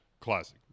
classic